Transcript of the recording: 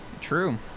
true